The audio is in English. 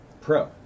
Pro